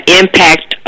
impact